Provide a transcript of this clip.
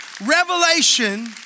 revelation